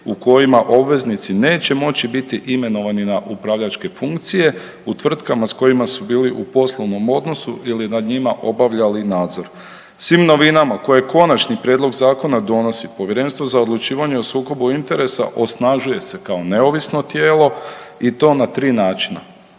u kojima obveznici neće moći biti imenovani na upravljačke funkcije u tvrtkama s kojima su bili u poslovnom odnosu ili nad njima obavljali nadzor. Svim novinama koje konačni prijedlog zakona donosi Povjerenstvo za odlučivanje o sukobu interesa osnažuje se kao neovisno tijelo i to na tri načina.